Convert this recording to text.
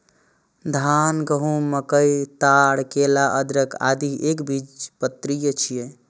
धान, गहूम, मकई, ताड़, केला, अदरक, आदि एकबीजपत्री छियै